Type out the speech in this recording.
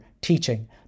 teaching